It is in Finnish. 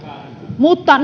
mutta